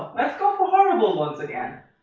let's go for horrible ones again.